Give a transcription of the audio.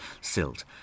silt